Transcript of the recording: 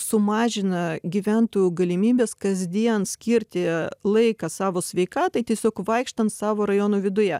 sumažina gyventojų galimybes kasdien skirti laiką savo sveikatai tiesiog vaikštant savo rajono viduje